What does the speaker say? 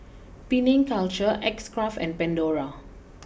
Penang culture X Craft and Pandora